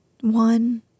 one